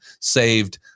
saved